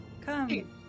Come